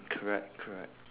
correct correct